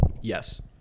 Yes